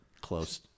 close